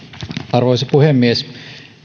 arvoisa puhemies